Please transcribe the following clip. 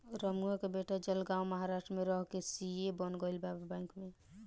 रमुआ के बेटा जलगांव महाराष्ट्र में रह के सी.ए बन गईल बा बैंक में